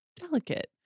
delicate